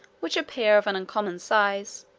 which appear of an uncommon size,